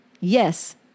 Yes